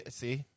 see